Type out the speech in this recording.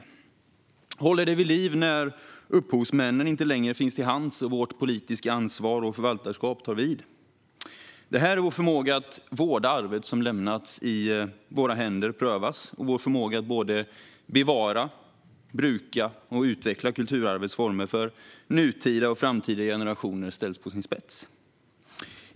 De håller det vid liv när upphovsmännen inte längre finns till hands och vårt politiska ansvar och förvaltarskap tar vid. Det är här vår förmåga att vårda det arv som har lämnats i våra händer prövas, och det är här vår förmåga att såväl bevara som bruka och utveckla kulturarvets former för nutida och framtida generationer ställs på sin spets.